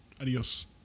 Adios